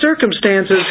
circumstances